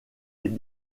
est